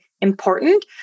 important